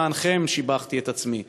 למענכם שיבחתי את עצמי,